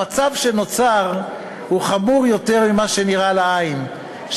המצב שנוצר הוא חמור יותר ממה שנראה לעין,